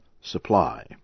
supply